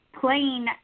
playing